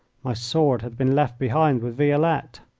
my sword had been left behind with violette.